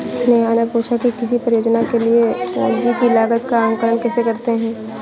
नेहा ने पूछा कि किसी परियोजना के लिए पूंजी की लागत का आंकलन कैसे करते हैं?